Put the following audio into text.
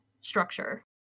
structure